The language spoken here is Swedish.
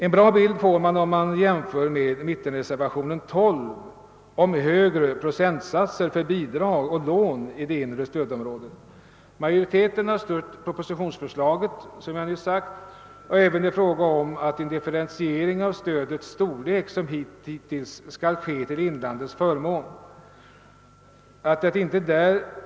En bra bild får man om man jämför med mittenreservationen 12, som avser högre procentsatser för bidrag och lån i det inre stödområdet. Majoriteten har — som jag nyss sagt — stött propositionsförslaget även i fråga om att en differentiering av stödets storlek som hittills skall göras till inlandets förmån.